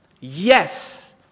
Yes